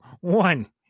one